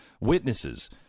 witnesses